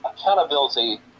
accountability